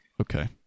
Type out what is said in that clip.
Okay